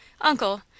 Uncle